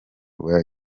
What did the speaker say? rwa